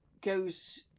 goes